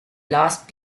last